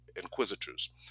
inquisitors